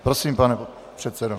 Prosím, pane předsedo.